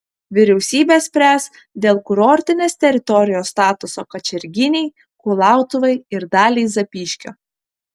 vyriausybė spręs dėl kurortinės teritorijos statuso kačerginei kulautuvai ir daliai zapyškio